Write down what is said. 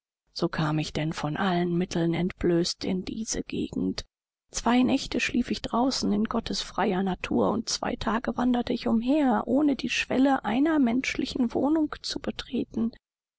so kam ich denn von allen mitteln entblößt in diese gegend zwei nächte schlief ich draußen in gottes freier natur und zwei tage wanderte ich umher ohne die schwelle einer menschlichen wohnung zu betreten